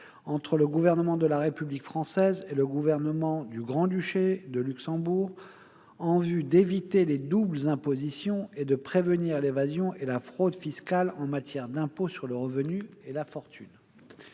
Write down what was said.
entre le Gouvernement de la République française et le Gouvernement du Grand-Duché de Luxembourg en vue d'éviter les doubles impositions et de prévenir l'évasion et la fraude fiscales en matière d'impôts sur le revenu et la fortune